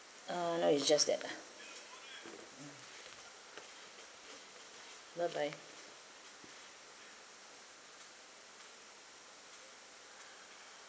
ah no it's just that lah bye bye